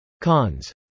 Cons